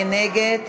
מי נגד?